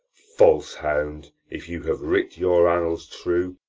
false hound! if you have writ your annals true,